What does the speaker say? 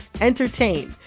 entertain